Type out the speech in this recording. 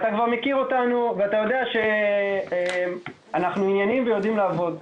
אתה כבר מכיר אותנו ואתה יודע שאנחנו עניינים ויודעים לעבוד.